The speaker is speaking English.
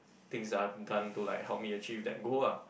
things that I've done to like help me achieve that goal ah